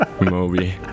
Moby